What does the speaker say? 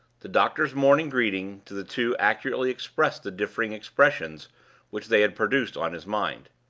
the doctor's morning greeting to the two accurately expressed the differing impressions which they had produced on his mind.